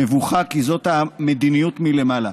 מבוכה, כי זאת המדיניות מלמעלה.